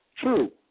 True